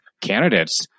candidates